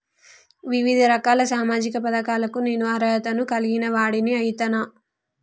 వివిధ రకాల సామాజిక పథకాలకు నేను అర్హత ను కలిగిన వాడిని అయితనా?